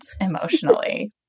emotionally